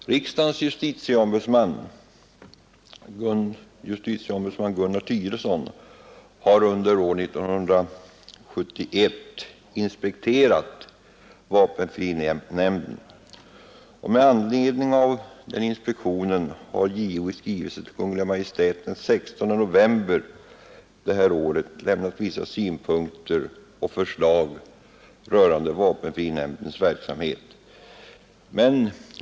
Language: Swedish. Riksdagens justitieombudsman Gunnar Thyresson har under år 1971 inspekterat vapenfrinämnden. Med anledning av den inspektionen har JO i skrivelse till Kungl. Maj:t den 16 november i år redovisat vissa synpunkter och förslag rörande vapenfrinämndens verksamhet.